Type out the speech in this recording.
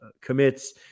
commits